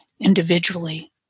individually